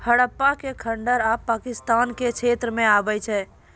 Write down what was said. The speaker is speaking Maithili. हड़प्पा के खंडहर आब पाकिस्तान के क्षेत्र मे पड़ै छै